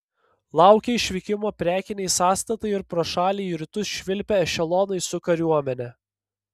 laukė išvykimo prekiniai sąstatai ir pro šalį į rytus švilpė ešelonai su kariuomene